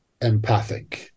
empathic